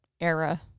era